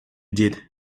did